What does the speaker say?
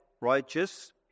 righteous